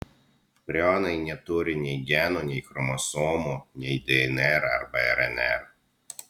prionai neturi nei genų nei chromosomų nei dnr arba rnr